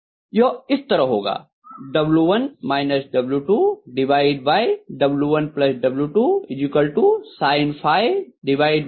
यह इस तरह होगा W1 W2W1 W2 sin 3 cos